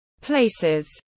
places